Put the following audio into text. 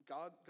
God